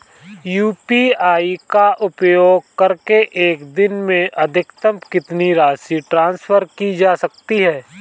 UPI का उपयोग करके एक दिन में अधिकतम कितनी राशि ट्रांसफर की जा सकती है?